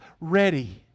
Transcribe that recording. ready